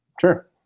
Sure